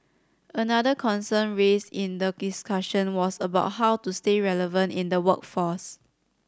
another concern raised in the discussion was about how to stay relevant in the workforce